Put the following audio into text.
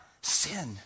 sin